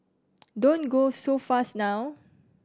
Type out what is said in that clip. don't go so fast now